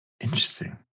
Interesting